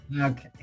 Okay